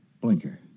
Blinker